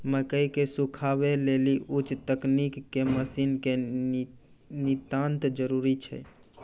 मकई के सुखावे लेली उच्च तकनीक के मसीन के नितांत जरूरी छैय?